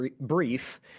brief